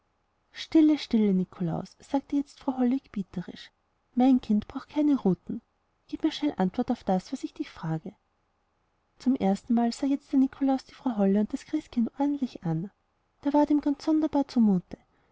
stille stille nikolaus sagte jetzt frau holle gebieterisch mein kind braucht keine ruten gib mir schnell antwort auf das was ich dich fragte zum erstenmal sah jetzt der nikolaus die frau holle und das christkind ordentlich an da ward ihm ganz sonderbar zumute